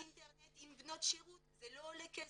באינטרנט עם בנות שירות, זה לא עולה כסף.